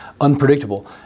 unpredictable